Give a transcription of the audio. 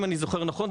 אם אני זוכר נכון,